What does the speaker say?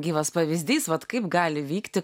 gyvas pavyzdys vat kaip gali vykti